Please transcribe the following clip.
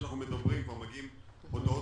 כבר 12. בשעה שאנחנו מדברים פה מגיעות הודעות